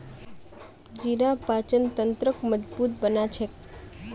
जीरा पाचन तंत्रक मजबूत बना छेक